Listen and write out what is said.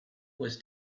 was